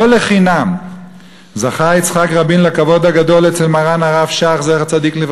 לא לחינם זכה יצחק רבין לכבוד הגדול אצל מרן הרב שך זצ"ל,